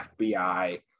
FBI